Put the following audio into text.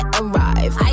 arrive